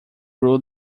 ruled